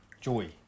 joy